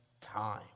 time